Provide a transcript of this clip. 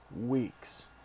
weeks